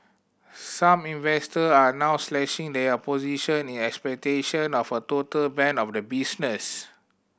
some investor are now slashing their position in expectation of a total ban of the business